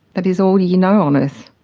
that is all ye know on earth.